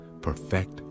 perfect